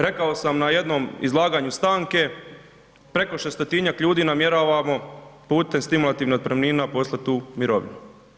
Rekao sam na jednom izlaganju stanke preko 600-njak ljudi namjeravano putem stimulativnih otpremnina poslati u mirovinu.